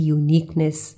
uniqueness